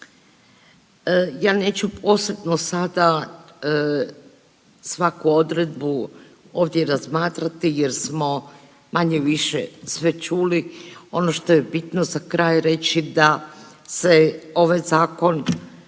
Ja neću posebno sada svaku odredbu ovdje razmatrati jer smo manje-više sve čuli, ono što je bitno za kraj reći da se ovaj zakon,